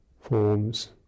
forms